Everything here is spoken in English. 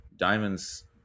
diamonds